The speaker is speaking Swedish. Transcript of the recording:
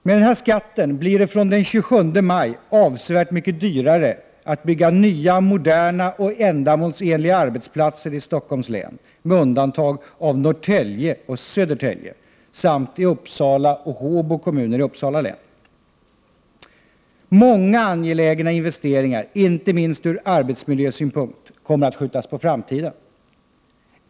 Med denna skatt blir det fr.o.m. den 27 maj avsevärt mycket dyrare att bygga nya, moderna och ändamålsenliga arbetsplatser i Stockholms län — med undantag av Norrtälje och Södertälje — samt i Uppsala och Håbo kommuner i Uppsala län. Många angelägna investeringar, inte minst ur arbetsmiljösynpunkt, kommer att skjutas på framtiden.